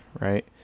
Right